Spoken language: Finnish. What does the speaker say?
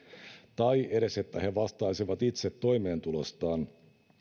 tai edes että he vastaisivat itse toimeentulostaan